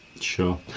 Sure